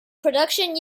production